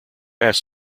asks